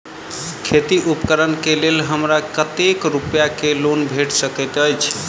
खेती उपकरण केँ लेल हमरा कतेक रूपया केँ लोन भेटि सकैत अछि?